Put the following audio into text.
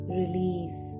release